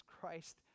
Christ